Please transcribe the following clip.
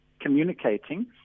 communicating